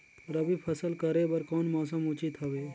रबी फसल करे बर कोन मौसम उचित हवे?